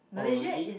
oh really